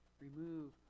Remove